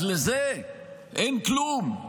אז לזה אין כלום,